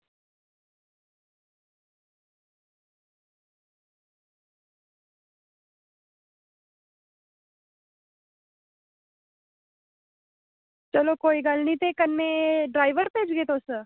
चलो कोई गल्ल निं कन्नै डरैबर भेजगे तुस